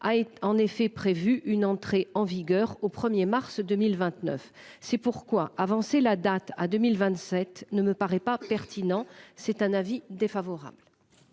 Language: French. a en effet prévu une entrée en vigueur au 1er mars 2029. C'est pourquoi avancer la date à 2027 ne me paraît pas pertinent. C'est un avis défavorable.